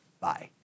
bye